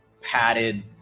padded